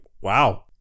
wow